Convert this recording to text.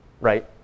right